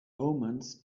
omens